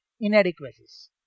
inadequacies